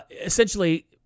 Essentially